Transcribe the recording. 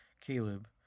Caleb